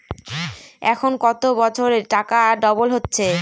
এখন কত বছরে টাকা ডবল হচ্ছে?